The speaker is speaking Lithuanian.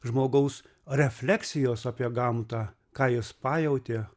žmogaus refleksijos apie gamtą ką jis pajautė